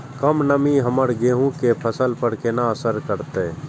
कम नमी हमर गेहूँ के फसल पर केना असर करतय?